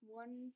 one